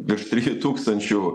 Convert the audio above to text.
virš trijų tūkstančių